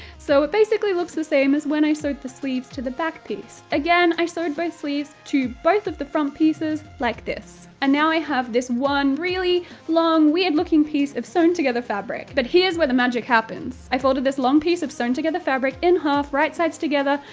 so it basically looks the same as when i sewed the sleeves to the back piece. again, i sewed both sleeves to both of the front pieces like this. and now i have this one really long, weird-looking piece of sewn together fabric. but here's where the magic happens i folded this long piece of sewn-together fabric in half, right-sides together,